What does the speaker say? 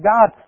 God